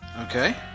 okay